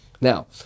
Now